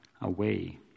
away